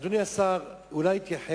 אדוני השר, אולי יגיד